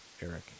Eric